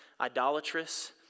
idolatrous